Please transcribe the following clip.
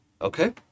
Okay